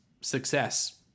success